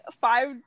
five